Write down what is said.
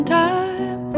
time